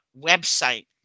website